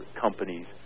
companies